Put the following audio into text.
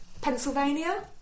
Pennsylvania